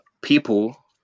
people